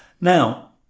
now